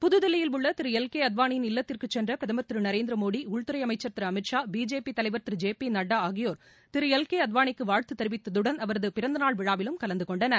புதுதில்லியில் உள்ள திரு L K அத்வாளியின் இல்லத்திற்கு சென்ற பிரதமர் திரு நரேந்திரமோடி உள்துறை அமைச்சர் திரு அமித் ஷா பிஜேபி தலைவர் திரு ஜே பி நட்டா ஆகியோர் திரு எல் கே அத்வாளிக்கு வாழ்த்து தெரிவித்ததுடன் அவரது பிறந்தநாள் விழாவிலும் கலந்துகொண்டனர்